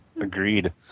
Agreed